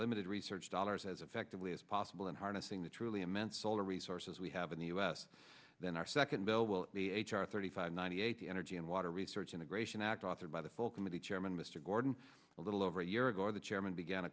limited research dollars as effectively as possible and harnessing the truly immense solar resources we have in the u s then our second bill will be h r thirty five ninety eight the energy and water research integration act authored by the full committee chairman mr gordon a little over a year ago the chairman began a